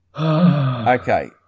Okay